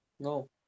no